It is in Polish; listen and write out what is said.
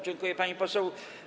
Dziękuję, pani poseł.